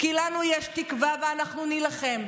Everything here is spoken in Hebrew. כי לנו יש תקווה ואנחנו נילחם.